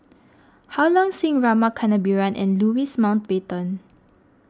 Ha Long Sing Rama Kannabiran and Louis Mountbatten